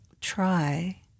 try